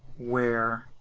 where